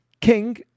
king